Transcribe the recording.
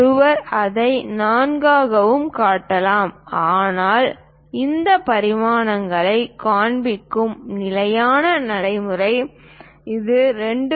ஒருவர் இதை 4 ஆகவும் காட்டலாம் ஆனால் இந்த பரிமாணங்களைக் காண்பிக்கும் நிலையான நடைமுறை இது 2